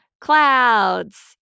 clouds